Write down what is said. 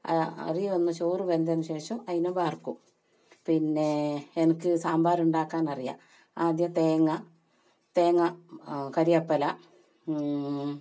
അരിയൊന്ന് ചോറ് വെന്തതിന് ശേഷം അതിനെ വാർക്കും പിന്നെ എനിക്ക് സാമ്പാർ ഉണ്ടാക്കാനറിയാം ആദ്യം തേങ്ങ തേങ്ങ കറിവേപ്പില